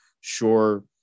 Sure